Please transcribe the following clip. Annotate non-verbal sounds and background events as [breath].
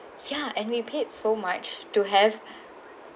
ya and we paid so much to have [breath]